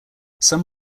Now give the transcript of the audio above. some